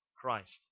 Christ